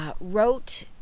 wrote